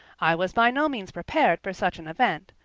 i was by no means prepared for such an event,